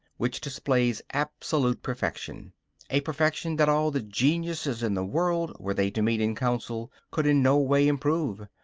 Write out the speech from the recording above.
which displays absolute perfection a perfection that all the geniuses in the world, were they to meet in council, could in no way improve.